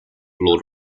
lord